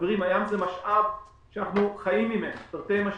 הים זה משאב שאנחנו חיים ממנו, תרתי משמע,